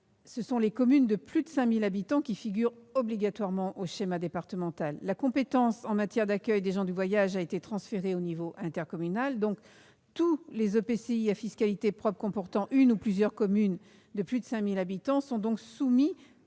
les communes de plus de 5 000 habitants figurent obligatoirement au schéma départemental. La compétence en matière d'accueil des gens du voyage étant transférée au niveau intercommunal, tous les EPCI à fiscalité propre comportant une ou plusieurs communes de plus de 5 000 habitants sont donc soumis